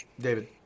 David